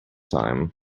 time